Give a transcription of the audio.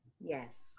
Yes